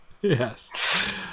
yes